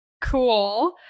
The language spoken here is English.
cool